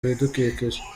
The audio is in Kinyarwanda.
bidukikije